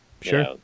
Sure